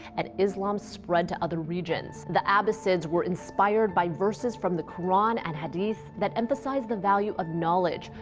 and islam spread to other regions. the abbasids were inspired by verses from the quran and hadiths that emphasized the value of knowledge,